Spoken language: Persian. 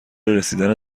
رسیدن